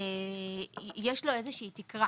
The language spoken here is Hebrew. יש לו תקרה